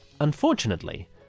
Unfortunately